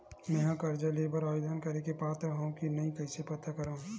मेंहा कर्जा ले बर आवेदन करे के पात्र हव की नहीं कइसे पता करव?